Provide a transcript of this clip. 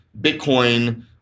Bitcoin